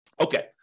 Okay